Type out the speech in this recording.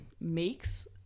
makes